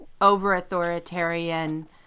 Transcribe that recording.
over-authoritarian